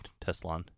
Tesla